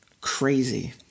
crazy